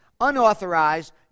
unauthorized